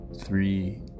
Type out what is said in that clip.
Three